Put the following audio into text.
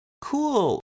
cool